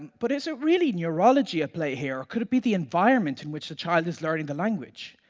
but is it really neurology at play here or could it be the environment in which the child is learning the language?